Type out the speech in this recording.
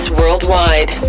worldwide